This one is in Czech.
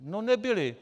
No nebyly.